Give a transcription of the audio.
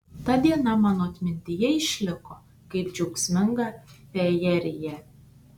ta diena mano atmintyje išliko kaip džiaugsminga fejerija